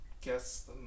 Guess